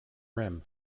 rim